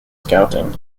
scouting